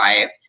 life